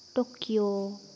Tokyo